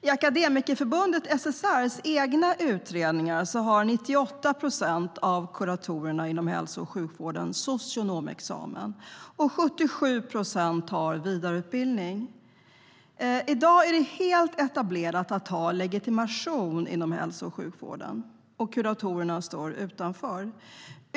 I Akademikerförbundet SSR:s egna utredningar har 98 procent av kuratorerna inom hälso och sjukvården socionomexamen, och 77 procent har vidareutbildning. I dag är det helt etablerat att ha legitimation inom hälso och sjukvården, men kuratorerna står utanför.